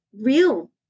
real